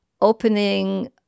opening